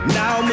now